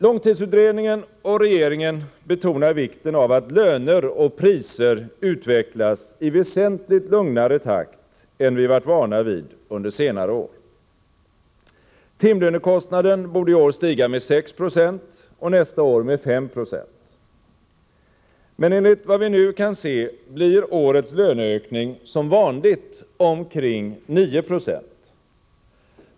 Långtidsutredningen och regeringen betonar vikten av att löner och priser utvecklas i väsentligt lugnare takt än vi varit vana vid under senare år. Timlönekostnaden borde i år stiga med 6 26 och nästa år med 5 Jo. Men enligt vad vi nu kan se blir årets löneökning som vanligt omkring 9 90.